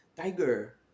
Tiger